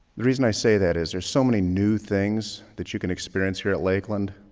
the reason i say that is there's so many new things that you can experience here at lakeland.